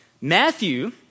Matthew